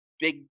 big